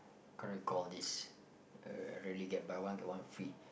what can I call this uh really get buy one get one free